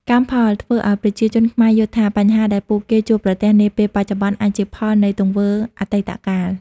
កម្មផល ធ្វើឱ្យប្រជាជនខ្មែរយល់ថា បញ្ហាដែលពួកគេជួបប្រទះនាពេលបច្ចុប្បន្នអាចជាផលនៃទង្វើអតីតកាល។